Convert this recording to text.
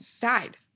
died